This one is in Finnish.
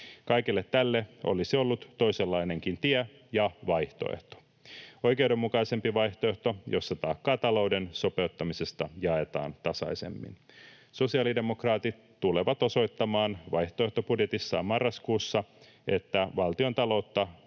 Kaikelle tälle olisi ollut toisenlainenkin tie ja vaihtoehto, oikeudenmukaisempi vaihtoehto, jossa taakkaa talouden sopeuttamisesta jaetaan tasaisemmin. Sosiaalidemokraatit tulevat osoittamaan vaihtoehtobudjetissaan marraskuussa, että valtiontaloutta